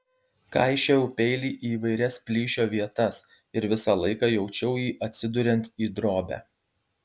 kaišiojau peilį į įvairias plyšio vietas ir visą laiką jaučiau jį atsiduriant į drobę